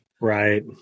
Right